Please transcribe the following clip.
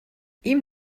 ihm